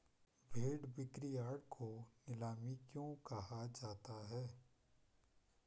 भेड़ बिक्रीयार्ड को नीलामी क्यों कहा जाता है?